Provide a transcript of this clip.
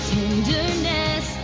tenderness